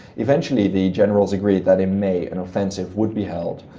eventually the generals agreed that in may an offensive would be held,